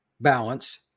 balance